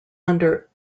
under